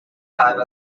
time